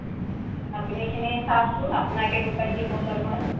আপুনি এইখিনি চাওকচোন আপোনাৰ কেনেকুৱা কি পচন্দ হয়